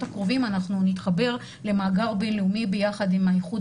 הקרובים אנחנו נתחבר למאגר בינלאומי ביחד עם האיחוד